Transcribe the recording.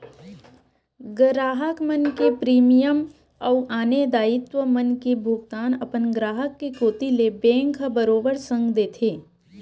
गराहक मन के प्रीमियम अउ आने दायित्व मन के भुगतान अपन ग्राहक के कोती ले बेंक ह बरोबर संग देथे